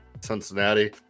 Cincinnati